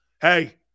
Hey